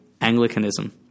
Anglicanism